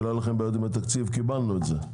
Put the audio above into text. כדי שלא יהיו לכם בעיות עם התקציב קיבלנו את זה,